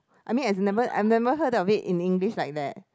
I mean I've never I never heard of it in English like that